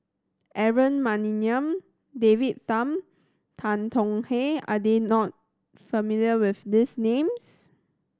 Aaron Maniam David Tham Tan Tong Hye are there not familiar with these names